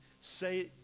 say